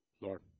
Lord